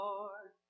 Lord